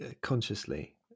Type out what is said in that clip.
consciously